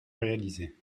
réalisées